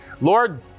Lord